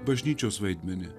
bažnyčios vaidmenį